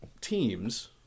teams